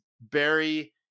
Barry